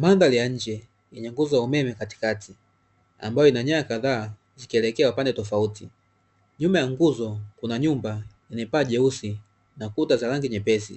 Mandhari ya nje yenye nguzo ya umeme katikati, ambayo ina nyaya kadhaa zikielekea upande tofauti. Nyuma ya nguzo kuna nyumba yenye paa jeusi na kuta za rangi nyepesi,